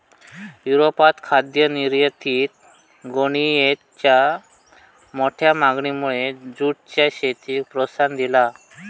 युरोपात खाद्य निर्यातीत गोणीयेंच्या मोठ्या मागणीमुळे जूटच्या शेतीक प्रोत्साहन दिला